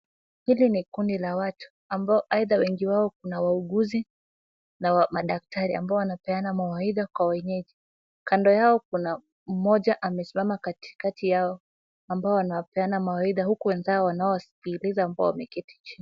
Hili ni kundi la watu ambao aidha wengi wao kuna wauguzi na madaktari ambao wanapeana mawaidha kwa wenyeji. Kando yao kuna mmoja amesimama katikati yao ambao wanawapeana mawaidha huku mwenzao wanasikiliza wakiwa wameketi chini.